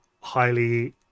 highly